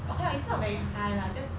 okay lah it's not very high lah just